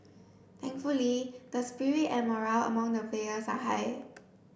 thankfully the spirit and morale among the players are high